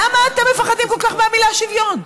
למה אתם מפחדים כל כך מהמילה שוויון?